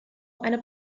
eine